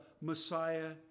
Messiah